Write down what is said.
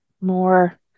more